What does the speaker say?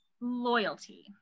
loyalty